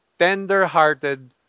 tender-hearted